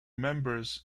members